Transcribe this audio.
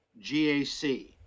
GAC